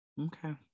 Okay